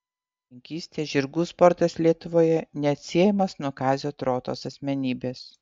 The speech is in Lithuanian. arklininkystė žirgų sportas lietuvoje neatsiejamas nuo kazio trotos asmenybės